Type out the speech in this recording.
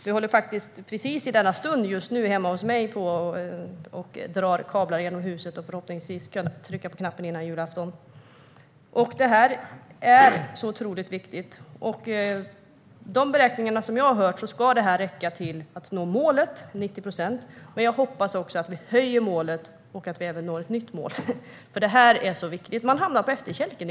Vi håller på, faktiskt i precis denna stund, hemma hos mig och drar kablar genom huset för att förhoppningsvis kunna trycka på knappen före julafton. Detta är otroligt viktigt, och enligt de beräkningar jag har hört om ska det räcka till att nå målet om 90 procent. Jag hoppas också att vi höjer målet och även når ett nytt mål, för detta är viktigt. Man hamnar nämligen på efterkälken.